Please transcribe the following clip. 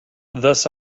thus